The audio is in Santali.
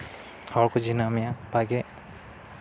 ᱦᱚᱲ ᱠᱚ ᱪᱤᱱᱦᱟᱹᱣ ᱢᱮᱭᱟ ᱵᱷᱟᱜᱮ